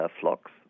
flocks